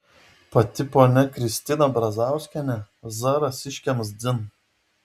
pati ponia kristina brazauskienė zarasiškiams dzin